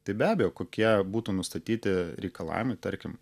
tai be abejo kokie būtų nustatyti reikalavimai tarkim